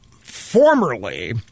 formerly